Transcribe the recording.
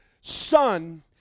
Son